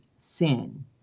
sin